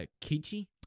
Kichi